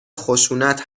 خشونت